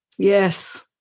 Yes